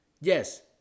yes